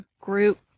group